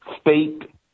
state